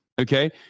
Okay